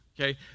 Okay